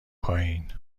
پایین